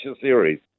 series